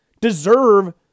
deserve